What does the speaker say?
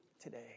today